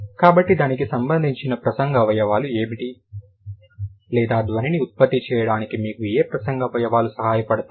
కాబట్టి దానికి సంబంధించిన ప్రసంగ అవయవాలు ఏమిటి లేదా ధ్వనిని ఉత్పత్తి చేయడానికి మీకు ఏ ప్రసంగ అవయవాలు సహాయపడతాయి